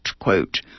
quote